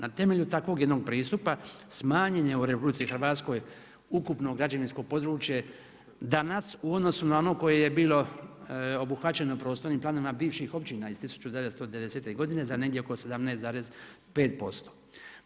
Na temelju takvog jednog pristupa smanjen je u RH ukupno građevinsko područje danas u odnosu na ono koje je bilo obuhvaćeno prostornim planovima bivših općina iz 1990. godine za negdje oko 17,5%